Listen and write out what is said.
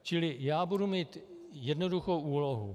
Čili já budu mít jednoduchou úlohu.